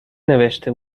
نوشته